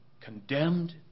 Condemned